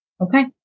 Okay